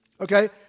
Okay